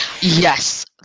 Yes